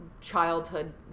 childhood